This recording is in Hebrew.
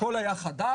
הכול היה חדש,